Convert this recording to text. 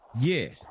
yes